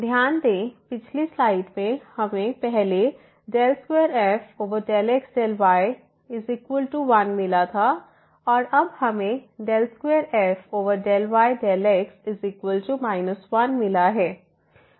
ध्यान दें पिछली स्लाइड में हमें पहले 2f∂x∂y1 मिला था और अब हमें 2f∂y∂x 1मिला है